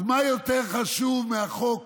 אז מה יותר חשוב מהחוק